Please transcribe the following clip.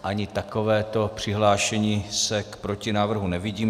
Ani takovéto přihlášení se k protinávrhu nevidím.